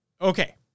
okay